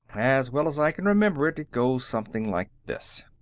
as well as i can remember it, it goes something like this.